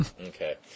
Okay